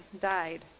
died